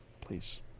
Please